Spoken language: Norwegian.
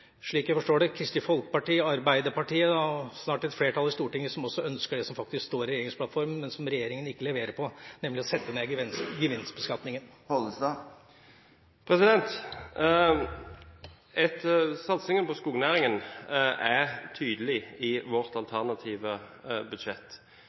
slik jeg forstår det – Kristelig Folkeparti, Arbeiderpartiet og snart et flertall på Stortinget, som også ønsker det som faktisk står i regjeringsplattformen, men som regjeringen ikke leverer på, nemlig å sette ned gevinstbeskatningen. Satsingen på skognæringen er tydelig i vårt